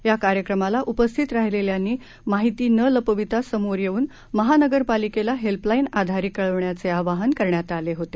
या कार्यक्रमाला उपस्थित राहिलेल्यांनी माहिती न लपविता समोर येऊन महानगरपालिकेला हेल्पलाईन आधारे कळविण्याचे आवाहन करण्यात आले होते